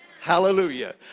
Hallelujah